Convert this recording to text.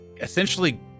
essentially